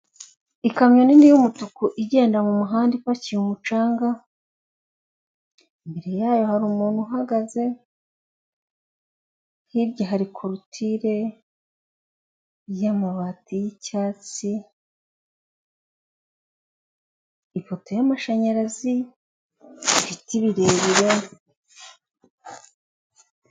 Ikamyo nini y'umutuku igenda mu muhanda ipakiye umucanga, imbere yayo hari umuntu uhagaze, hirya hari koritire y'amabati y'icyatsi, ifoto y'amashanyarazi ibiti birebire,